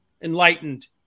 enlightened